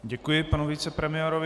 Děkuji panu vicepremiérovi.